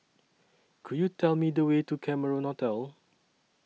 Could YOU Tell Me The Way to Cameron Hotel